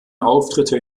auftritte